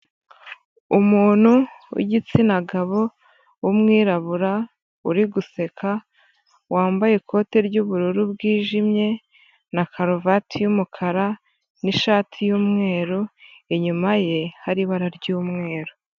Umuntu w'igitsina gabo w'umwirabura uri guseka wambaye ikote ry'ubururu bwijimye na karuvati y'umukara, n'ishati y'umweru inyuma ye hari ibara ry'umweru.